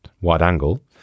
wide-angle